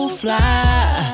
fly